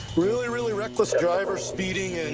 really, really reckless driver speeding, and